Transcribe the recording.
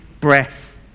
breath